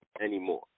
anymore